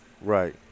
Right